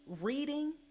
reading